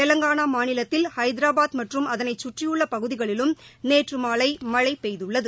தெலங்கானாமாநிலத்தில் வஹதராபாத் மற்றும் அதனைசுற்றியுள்ளபகுதிகளிலும் நேற்றுமாலைமழைபெய்துள்ளது